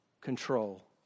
control